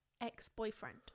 ex-boyfriend